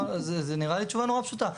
זו נראית לי תשובה נורא פשוטה.